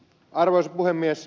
arvoisa puhemies